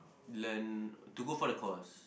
learn to go for the course